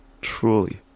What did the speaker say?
Truly